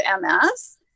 MS